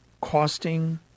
costing